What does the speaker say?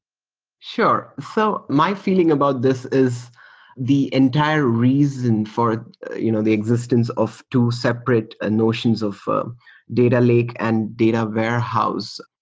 sure. so my feeling about this is the entire reason for you know the existence of two separate ah notions of um data lake and data warehouse,